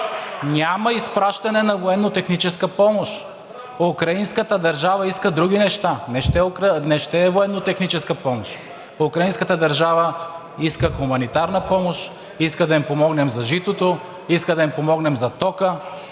Няма изпращане на военнотехническа помощ! Украинската държава иска други неща. Не ще военнотехническа помощ. Украинската държава иска хуманитарна помощ, иска да им помогнем за житото, иска да им помогнем за тока,